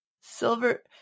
Silver